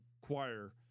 choir